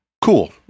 Cool